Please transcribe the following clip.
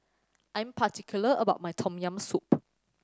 I'm particular about my Tom Yam Soup